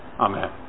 amen